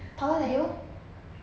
taller than you